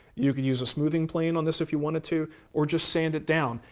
you could use a smoothing plane on this if you wanted to or just sand it down.